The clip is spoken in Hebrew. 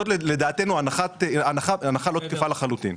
זו, לדעתנו, הנחה לא תקפה לחלוטין.